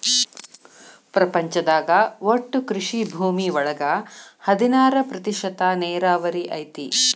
ಪ್ರಪಂಚದಾಗ ಒಟ್ಟು ಕೃಷಿ ಭೂಮಿ ಒಳಗ ಹದನಾರ ಪ್ರತಿಶತಾ ನೇರಾವರಿ ಐತಿ